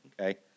Okay